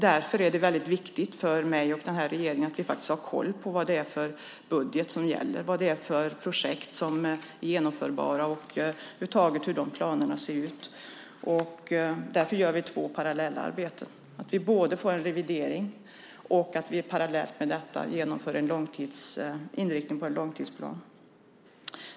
Därför är det väldigt viktigt för mig och den här regeringen att vi faktiskt har koll på vad det är för budget som gäller, vilka projekt som är genomförbara och över huvud taget hur planerna ser ut, och därför utför vi två parallella arbeten. Vi gör en revidering, och parallellt med detta genomför vi inriktningen på en långtidsplan.